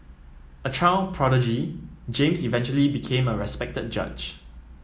a child prodigy James eventually became a respected judge